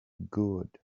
good